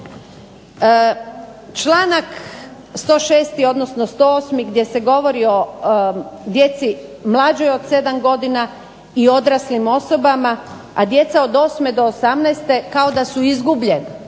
Članak 106. odnosno 108. gdje se govori o djeci mlađoj od 7 godina i odraslim osobama, a djeca od 8 do 18 kao da su izgubljena,